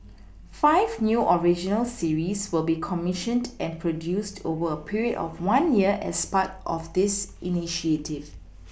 five new original series will be comMissioned and produced over a period of one year as part of this initiative